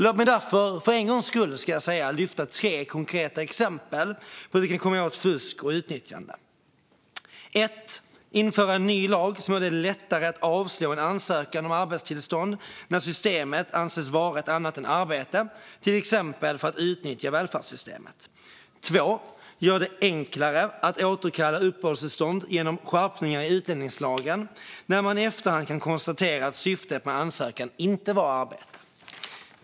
Låt mig därför för en gångs skull lyfta fram tre konkreta exempel på hur man kan komma åt fusk och utnyttjande. Ett: Införa en ny lag som gör det lättare att avslå en ansökan om arbetstillstånd när syftet anses vara ett annat än arbete, till exempel att utnyttja välfärdssystemet. Två: Göra det enklare att återkalla uppehållstillstånd, genom skärpningar i utlänningslagen när man i efterhand kan konstatera att syftet med ansökan inte var arbete.